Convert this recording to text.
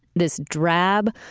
this drab,